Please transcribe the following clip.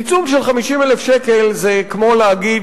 עיצום של 50,000 שקל זה כמו להגיד